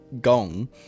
Gong